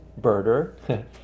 birder